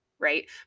right